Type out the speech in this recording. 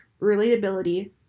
relatability